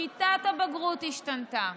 שיטת הבגרות השתנתה,